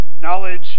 knowledge